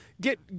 get